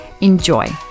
Enjoy